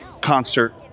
Concert